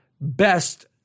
best